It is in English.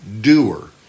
doer